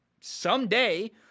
someday